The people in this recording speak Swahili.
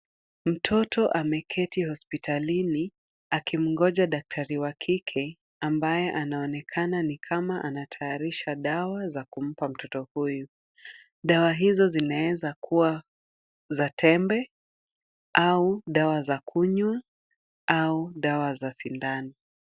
Mtoto ameketi hospitalini akimngoja daktari wa kike ambaye anaonekana ni kama anatayarisha dawa za kumpa mtoto huyu. Dawa hizo zinaeza kuwa za tembe au dawa za kunywa au dawa za sindano.